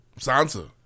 Sansa